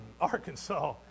Arkansas